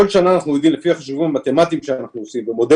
כל שנה אנחנו יודעים לפי החישובים המתמטיים שאנחנו עושים,